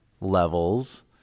levels